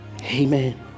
Amen